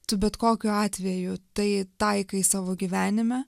tu bet kokiu atveju tai taikai savo gyvenime